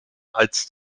als